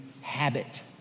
habit